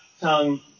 tongue